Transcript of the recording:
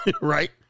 right